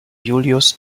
julius